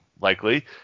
likely